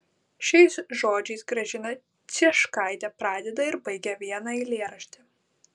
šiais žodžiais gražina cieškaitė pradeda ir baigia vieną eilėraštį